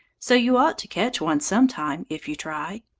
so you ought to catch one some time if you try.